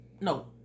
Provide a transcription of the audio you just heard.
No